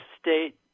state